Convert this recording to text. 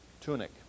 tunic